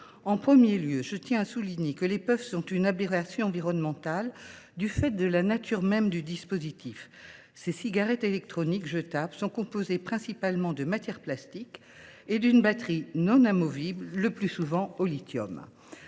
En premier lieu, je tiens à souligner que les puffs sont une aberration environnementale, du fait de la nature même du dispositif : ces cigarettes électroniques jetables sont composées principalement de matières plastiques et d’une batterie non amovible, le plus souvent au lithium.